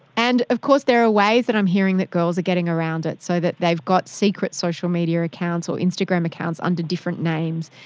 and of course there are ways that i'm hearing that girls are getting around it, so that they've got secret social media accounts or instagram accounts under different names,